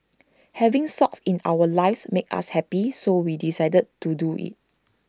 having socks in our lives makes us happy so we decided to do IT